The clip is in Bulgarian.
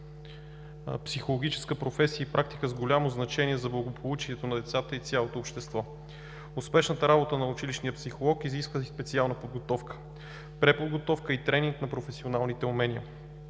психологическа професия и практика с голямо значение за благополучието на децата и цялото общество. Успешната работа на училищния психолог изисква специална подготовка, преподготовка и тренинг на професионалните умения.